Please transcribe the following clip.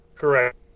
Correct